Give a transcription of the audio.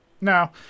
no